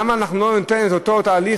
למה לא ניתן את אותו תהליך,